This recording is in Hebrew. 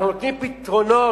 אנחנו נותנים פתרונות